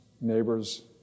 neighbors